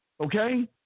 Okay